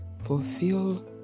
fulfill